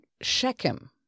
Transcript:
Shechem